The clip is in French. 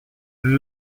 une